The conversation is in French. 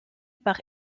par